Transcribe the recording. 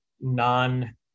non